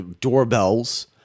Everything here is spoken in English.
Doorbells